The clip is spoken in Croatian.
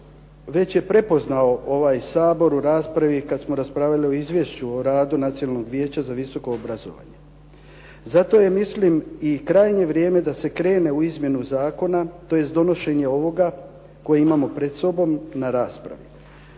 već je prepoznao ovaj Sabor u raspravi kad smo raspravljali o Izvješću o radu Nacionalnog vijeća za visoko obrazovanje. Zato ja mislim i krajnje vrijeme da se krene u izmjenu zakona, tj. donošenje ovoga koji imamo pred sobom na raspravi,